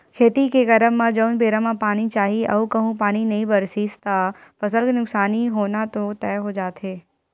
खेती के करब म जउन बेरा म पानी चाही अऊ कहूँ पानी नई बरसिस त फसल के नुकसानी होना तो तय हो जाथे